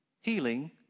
healing